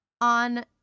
on